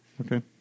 Okay